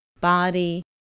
body